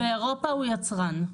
באירופה הוא יצרן.